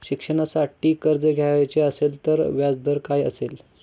शिक्षणासाठी कर्ज घ्यायचे असेल तर व्याजदर काय असेल?